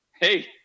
hey